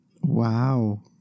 Wow